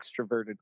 extroverted